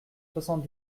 soixante